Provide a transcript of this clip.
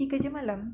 he kerja malam